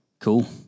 Cool